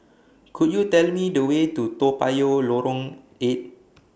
Could YOU Tell Me The Way to Toa Payoh Lorong eight